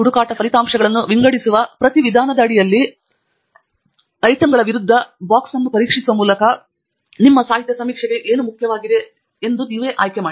ಹುಡುಕಾಟ ಫಲಿತಾಂಶಗಳನ್ನು ವಿಂಗಡಿಸುವ ಪ್ರತಿ ವಿಧಾನದ ಅಡಿಯಲ್ಲಿ ಐಟಂಗಳ ವಿರುದ್ಧ ಪೆಟ್ಟಿಗೆಯನ್ನು ಪರೀಕ್ಷಿಸುವ ಮೂಲಕ ನಿಮ್ಮ ಸಾಹಿತ್ಯ ಸಮೀಕ್ಷೆಗೆ ಮುಖ್ಯವಾದುದೆಂದು ನೀವು ಭಾವಿಸಿದರೆ ಆಯ್ಕೆಮಾಡಿ